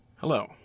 Hello